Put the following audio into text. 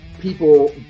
people